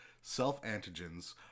self-antigens